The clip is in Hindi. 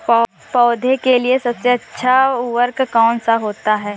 पौधे के लिए सबसे अच्छा उर्वरक कौन सा होता है?